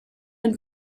and